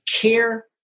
care